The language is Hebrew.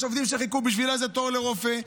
יש עובדים שחיכו בשביל איזה תור לרופא,